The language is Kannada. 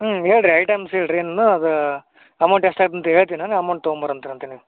ಹ್ಞೂ ಹೇಳ್ರಿ ಐಟಮ್ಸ್ ಹೇಳ್ರಿ ಇನ್ನೂ ಅದು ಅಮೌಂಟ್ ಎಷ್ಟಾಯ್ತು ಅಂತ ಹೇಳ್ತಿನ್ ನಾನು ಅಮೌಂಟ್ ತೊಗೊಂಬರ್ರಿ ಅಂತೀರಿ ಅಂತೆ ನೀವು